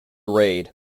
raid